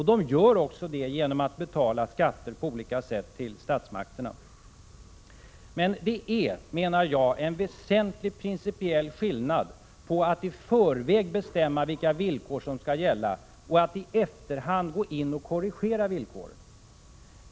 Det gör de också genom att på olika sätt betala skatter till statsmakterna. Men det är, menar jag, en väsentlig principiell skillnad på att i förväg bestämma vilka villkor som skall gälla och att i efterhand gå in och korrigera villkoren.